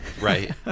Right